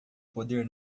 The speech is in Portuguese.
poder